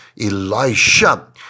Elisha